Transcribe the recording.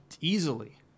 easily